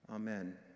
Amen